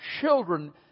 children